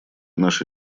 наша